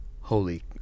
Holy